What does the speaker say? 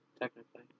technically